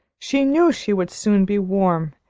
she knew she would soon be warm,